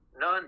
none